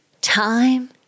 time